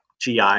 GI